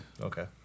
Okay